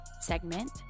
segment